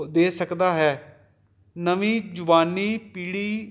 ਦੇ ਸਕਦਾ ਹੈ ਨਵੀਂ ਜਵਾਨੀ ਪੀੜ੍ਹੀ